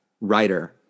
writer